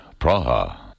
Praha